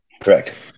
Correct